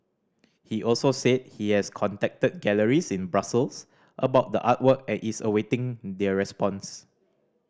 he also said he has contacted galleries in Brussels about the artwork and is awaiting their response